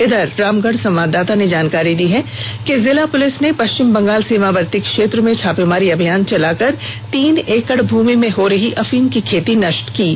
इधर रामगढ़ संवाददाता ने जानकारी दी है कि जिला पुलिस ने पश्चिम बंगाल सीमावर्ती क्षेत्र में छापामारी अभियान चलाकर तीन एकड़ भूमि में हो रही अर्फीम की खेती को नष्ट कर दिया है